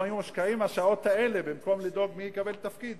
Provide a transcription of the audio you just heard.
אם היו משקיעים את השעות האלה במקום לדאוג מי יקבל תקציב,